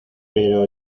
pero